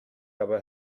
aber